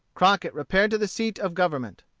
crockett repaired to the seat of government.